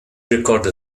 recorded